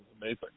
amazing